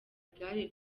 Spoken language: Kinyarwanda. igare